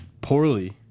poorly